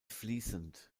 fließend